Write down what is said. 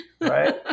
Right